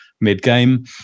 mid-game